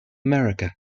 america